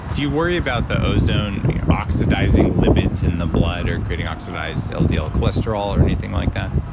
do you worry about the ozone oxidizing lipids in the blood or creating oxidized ldl ldl cholesterol or anything like that?